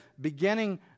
beginning